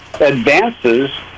advances